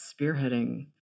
spearheading